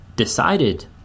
decided